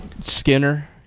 Skinner